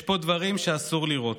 יש פה דברים שאסור לראות.